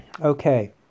Okay